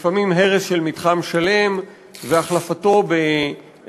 לפעמים הרס של מתחם שלם והחלפתו במגדלים